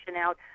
out